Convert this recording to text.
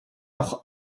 auch